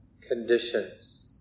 conditions